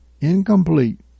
Incomplete